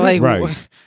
right